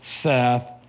Seth